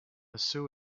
sue